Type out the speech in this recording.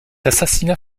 assassinat